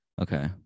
Okay